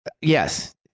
Yes